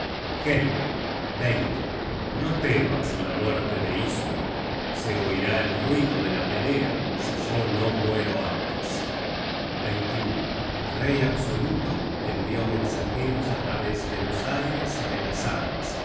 no temas la muerte de isung se oirá el ruido de la pelea si yo no muero antes como los cimbros que venció mario sigruna muerto por hoedbrod el pretendiente de sigruna content from google book search generated at el rey absoluto envió mensajeros á través de los aires y de las aguas